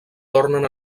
tornen